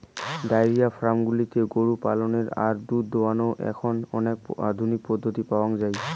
diary farm গুলাত গরু পালনের আর দুধ দোহানোর এখন অনেক আধুনিক পদ্ধতি পাওয়াঙ যাই